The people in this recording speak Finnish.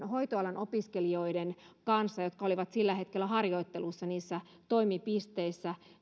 hoitoalan opiskelijoiden kanssa jotka olivat sillä hetkellä harjoittelussa niissä toimipisteissä